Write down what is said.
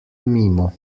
mimo